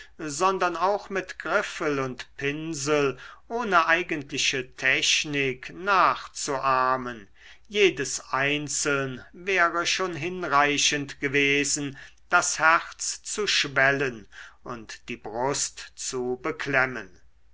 sondern auch mit griffel und pinsel ohne eigentliche technik nachzuahmen jedes einzeln wäre schon hinreichend gewesen das herz zu schwellen und die brust zu beklemmen